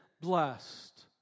blessed